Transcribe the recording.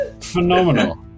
phenomenal